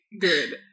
good